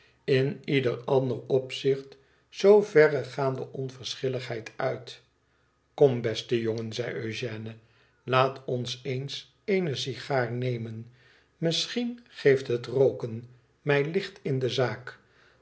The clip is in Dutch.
in ieder ander opzicht zoo verregaande onverschilligheid uit kom beste jongen zei eugène laat ons eens eene sigaar nemen misschien geeft het rooken mij licht in de zaak